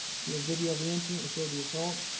she had video of the incident and showed the assault.